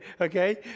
okay